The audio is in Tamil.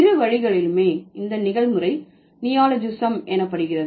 இரு வழிகளிலுமே இந்த நிகழ்முறை நியோலோஜிஸம் எனப்படுகிறது